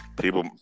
People